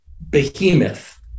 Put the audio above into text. behemoth